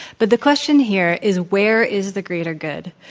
but the question here is where is the greater good?